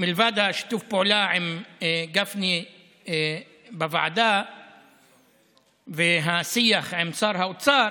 לבד משיתוף הפעולה עם גפני בוועדה והשיח עם שר האוצר,